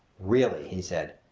really, he said,